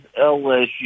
LSU